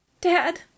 Dad